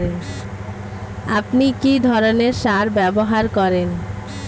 আপনি কী ধরনের সার ব্যবহার করেন?